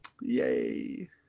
Yay